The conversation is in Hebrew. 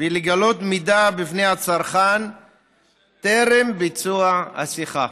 ולגלות מידע בפני הצרכן טרם ביצוע השיחה.